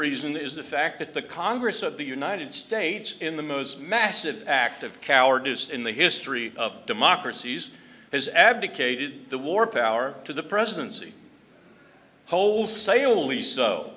reason is the fact that the congress of the united states in the most massive act of cowardice in the history of democracies has abdicated the war power to the presidency wholesale